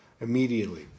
immediately